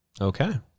Okay